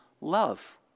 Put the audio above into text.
love